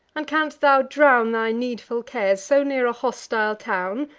and canst thou drown thy needful cares, so near a hostile town,